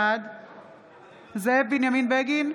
בעד זאב בנימין בגין,